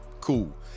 cool